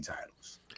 titles